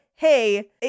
hey